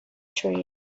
trees